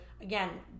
Again